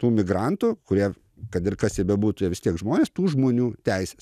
tų migrantų kurie kad ir kas jie bebūtų jie vis tiek žmonės tų žmonių teises